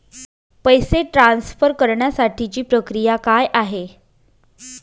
पैसे ट्रान्सफर करण्यासाठीची प्रक्रिया काय आहे?